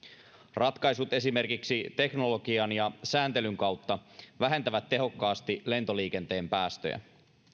ratkaisut esimerkiksi teknologian ja sääntelyn kautta vähentävät tehokkaasti lentoliikenteen päästöjä